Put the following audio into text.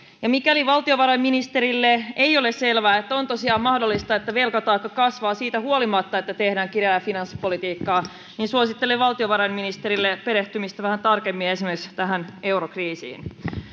mikäli valtiovarainministerille ei ole selvää että on tosiaan mahdollista että velkataakka kasvaa siitä huolimatta että tehdään kireää finanssipolitiikkaa niin suosittelen valtiovarainministerille perehtymistä vähän tarkemmin esimerkiksi tähän eurokriisiin